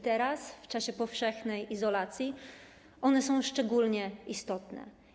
Teraz, w czasie powszechnej izolacji, one są szczególnie istotne.